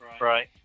right